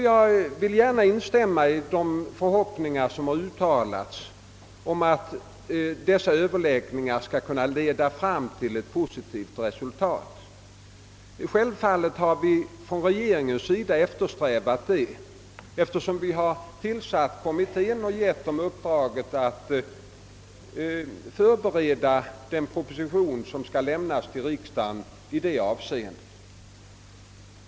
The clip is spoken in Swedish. Jag vill gärna instämma i förhoppningarna om att dessa överläggningar skall leda fram till ett positivt resultat. Självfallet har regeringen eftersträvat detta eftersom den tillsatt kommittén och gett den i uppdrag att förbereda den proposition som skall föreläggas riksdagen.